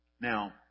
Now